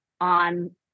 on